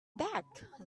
back